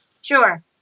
Sure